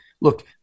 look